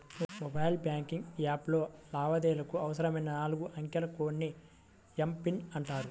mobile banking యాప్లో లావాదేవీలకు అవసరమైన నాలుగు అంకెల కోడ్ ని ఎమ్.పిన్ అంటారు